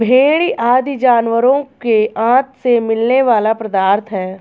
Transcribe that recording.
भेंड़ आदि जानवरों के आँत से मिलने वाला पदार्थ है